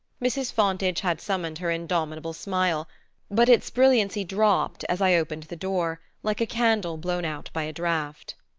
mrs. fontage had summoned her indomitable smile but its brilliancy dropped, as i opened the door, like a candle blown out by a draught.